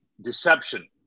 deception